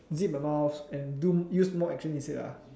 zip my mouth and do use more actions instead lah